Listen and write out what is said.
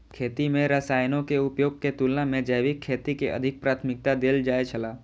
खेती में रसायनों के उपयोग के तुलना में जैविक खेती के अधिक प्राथमिकता देल जाय छला